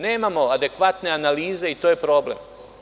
Nemamo adekvatne analize i to je problem.